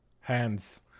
hands